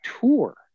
tour